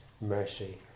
mercy